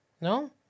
No